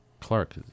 Clark